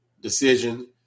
decision